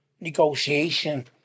negotiation